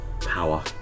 power